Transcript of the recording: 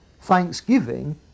Thanksgiving